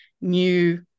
new